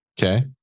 Okay